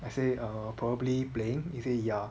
I say err probably playing you say ya